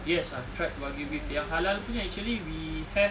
yes I've tried wagyu beef yang halal punya actually we have